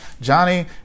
Johnny